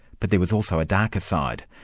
but there was also a darker side.